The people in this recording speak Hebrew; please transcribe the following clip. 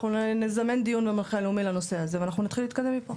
אנחנו נזמן דיון במנחה הלאומי לנושא הזה ואנחנו נתחיל להתקדם מפה.